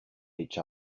each